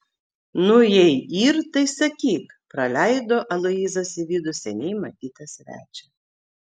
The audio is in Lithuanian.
nu jei yr tai sakyk praleido aloyzas į vidų seniai matytą svečią